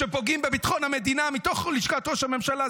כשפוגעים בביטחון המדינה מתוך לשכת ראש הממשלה,